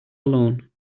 alone